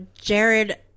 Jared